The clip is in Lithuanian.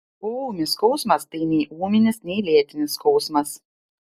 poūmis skausmas tai nei ūminis nei lėtinis skausmas